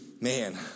man